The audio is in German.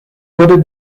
wurde